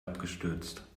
abgestürzt